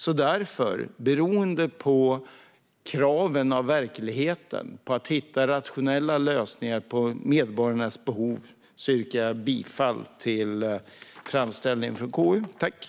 Utifrån verklighetens krav på att hitta rationella lösningar på medborgarnas behov yrkar jag därför bifall till KU:s förslag.